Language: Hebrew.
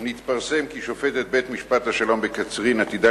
נתפרסם כי שופטת בית-המשפט השלום בקצרין עתידה